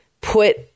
put